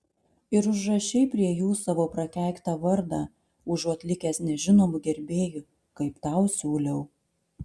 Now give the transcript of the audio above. ir užrašei prie jų savo prakeiktą vardą užuot likęs nežinomu gerbėju kaip tau siūliau